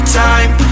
time